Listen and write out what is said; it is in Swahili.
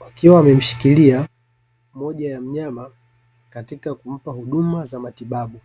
wakiwa wamemshikilia mmoja ya mnyama katika kumpa huduma za matibabu.